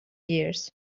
years